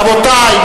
רבותי,